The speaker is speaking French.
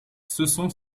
cesson